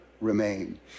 remain